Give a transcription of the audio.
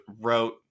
wrote